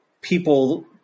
people—